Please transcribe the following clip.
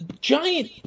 giant